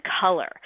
color